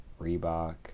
Reebok